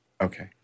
Okay